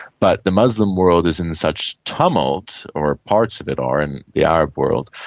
but the muslim world is in such tumult or parts of it are in the arab world,